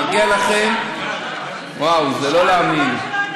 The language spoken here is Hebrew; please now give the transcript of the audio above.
מגיע לכם, וואו, זה לא להאמין.